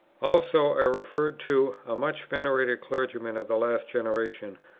also i referred to a much venerated clergyman of the last generation,